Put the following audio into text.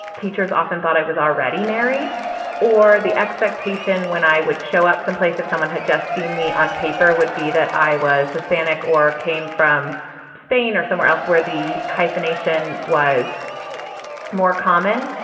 teachers often thought i was already married or the expectation when i would show up some place if someone had just seen me on paper would be that i was hispanic or came from spain or somewhere else where the hyphenation was more common,